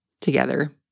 together